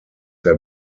der